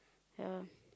ya